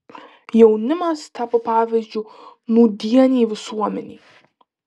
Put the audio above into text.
jaunimas tapo pavyzdžiu nūdienei visuomenei